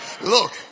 look